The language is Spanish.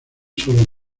solo